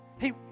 hey